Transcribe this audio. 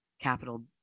capital